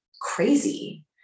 crazy